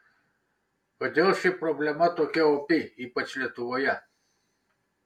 kodėl ši problema tokia opi ypač lietuvoje